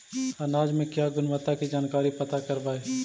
अनाज मे क्या गुणवत्ता के जानकारी पता करबाय?